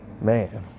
Man